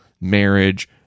marriage